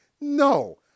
No